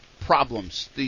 problems